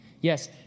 Yes